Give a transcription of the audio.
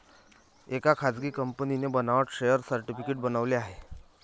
एका खासगी कंपनीने बनावट शेअर सर्टिफिकेट बनवले आहे